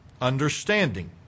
understanding